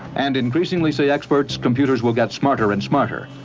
and increasingly, say experts, computers will get smarter and smarter.